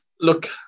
look